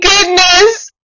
goodness